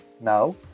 Now